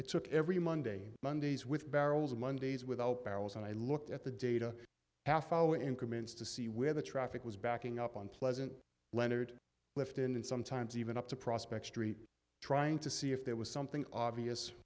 i took every monday mondays with barrels of mondays without barrels and i looked at the data half hour and commenced to see where the traffic was backing up on pleasant leonard left and sometimes even up to prospect street trying to see if there was something obvious